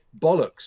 bollocks